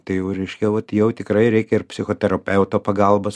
tai jau reiškia vat jau tikrai reikia ir psichoterapeuto pagalbos